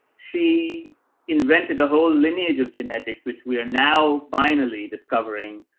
she invented a whole lineage of genetics, which we are now finally discovering,